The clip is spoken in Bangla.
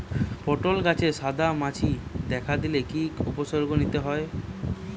পটল গাছে সাদা মাছি দেখা দিলে কি কি উপসর্গ নিতে হয়?